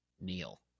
Neil